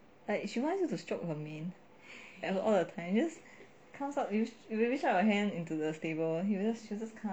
like she wants you to stroke her mane at the times comes up reach out my hand into the stable you will she will just come